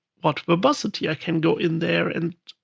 what verbosity? i can go in there and